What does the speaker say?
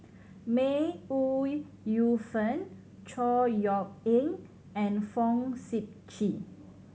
May Ooi Yu Fen Chor Yeok Eng and Fong Sip Chee